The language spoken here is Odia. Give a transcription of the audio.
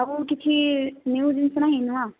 ଆପଣଙ୍କ କିଛି ନିୟୁ ଜିନିଷ ନାହିଁ ନୂଆଁ